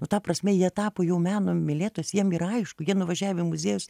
nu ta prasme jie tapo jau meno mylėtojais jiem yra aišku jie nuvažiavę į muziejus